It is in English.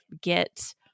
get